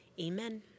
Amen